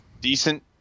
decent